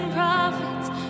prophets